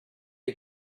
you